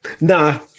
Nah